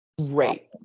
great